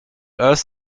earth